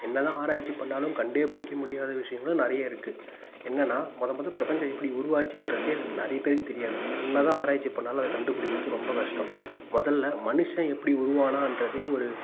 என்ன தான் ஆராய்ச்சி பண்ணிணாலும் கண்டு பிடிக்க முடியாத விஷயங்களும் நிறைய இருக்குது என்னென்னா முத முத பிரபஞ்சம் எப்படி உருவாச்சின்றதே நிறைய பேருக்கு தெரியாது என்ன தான் ஆராய்ச்சி பண்ணிணாலும் அதை கண்டுபிடிக்கிறது ரொம்ப கஷ்டம் முதல்ல மனுஷன் எப்படி உருவானான்றதே ஒரு